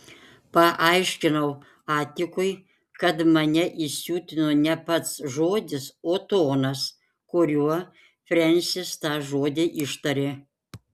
paaiškinau atikui kad mane įsiutino ne pats žodis o tonas kuriuo frensis tą žodį ištarė